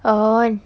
uh